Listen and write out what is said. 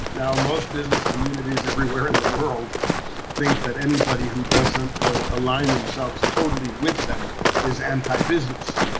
now, most business communities everywhere in the world think that anybody who doesn't align themselves totally with them is anti-business.